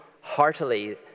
heartily